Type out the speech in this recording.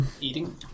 Eating